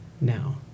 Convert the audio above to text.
now